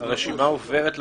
כי הרשימה עוברת לרגולטור.